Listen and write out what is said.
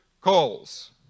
calls